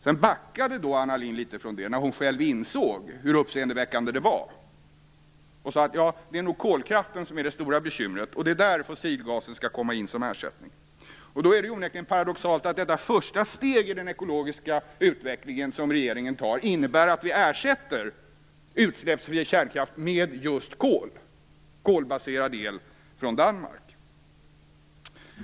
Anna Lindh backade litet från det, när hon själv insåg hur uppseendeväckande det var, och sade att det nog är kolkraften som är det stora bekymret och att det är där fossilgasen skall komma in som ersättning. Då är det onekligen paradoxalt att det första steg som regeringen tar i den ekologiska utvecklingen innebär att vi ersätter utsläppsfri kärnkraft med just kolbaserad el från Danmark.